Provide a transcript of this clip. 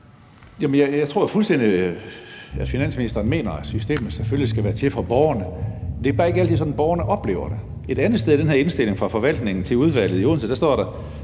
Jeg tror da fuldstændig på, at finansministeren mener, at systemet selvfølgelig skal være til for borgerne. Det er bare ikke altid sådan, borgerne oplever det. Et andet sted i den her indstilling fra forvaltningen til udvalget i Odense står der